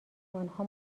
آنها